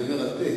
זה יהיה מרתק.